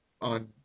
on